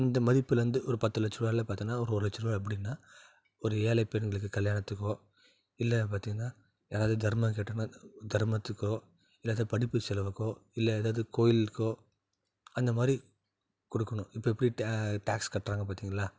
இந்த மதிப்புலருந்து ஒரு பத்துலட்சரூவால பார்த்தன்னா ஒரு லட்சரூபா எப்படின்னா ஒரு ஏழை பெண்களுக்கு கல்யாணத்துக்கோ இல்லை பார்த்திங்கன்னா யாரவது தர்மம் கேட்டன்னா தர்மத்துக்கோ இல்லை எதோ படிப்பு செலவுக்கோ இல்லை எதாவது கோயிலுக்குக்கோ அந்த மாதிரி கொடுக்கணும் இப்போ எப்படி டே டேக்ஸ் கட்டுறாங்க பார்த்தீங்களா